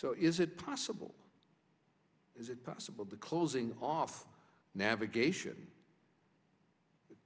so is it possible is it possible the closing off navigation